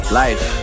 life